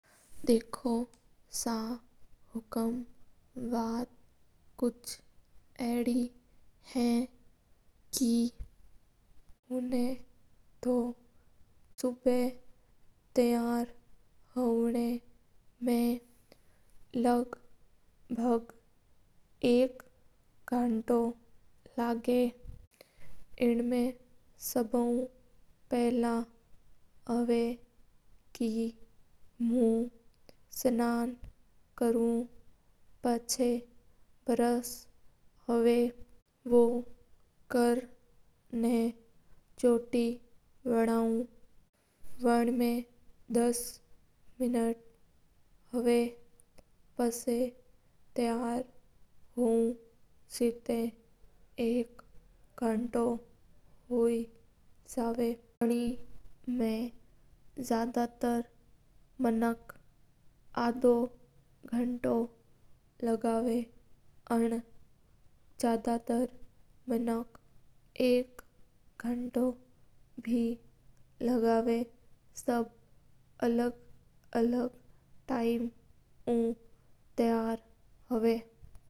देखो सा हुकूम अडी बात हवा के मना तो सह टायर होवणा मा लगभग एक गंटो लगा है। आउटम ब्रिंग्स कातू और सनन करु फिर छोटी करु वण मा मान दस मिनट लगा है। जयड तरंक अदो गंटो लगाव और जयदा तर माक एक गाणो बे लगाव टायर होवणा मा।